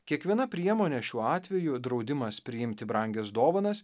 kiekviena priemonė šiuo atveju draudimas priimti brangias dovanas